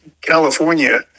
California